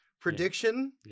Prediction